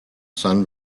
sun